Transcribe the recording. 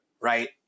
right